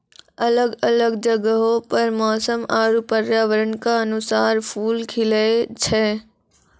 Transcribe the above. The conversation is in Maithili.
अलग अलग जगहो पर मौसम आरु पर्यावरण क अनुसार फूल खिलए छै